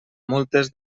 multes